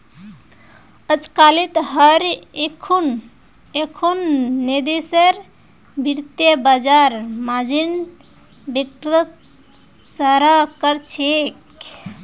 अजकालित हर एकखन देशेर वित्तीय बाजार मार्जिन वित्तक सराहा कर छेक